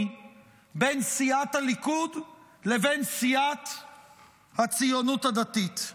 בין סיעת הליכוד לבין סיעת הציונות הדתית.